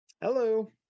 Hello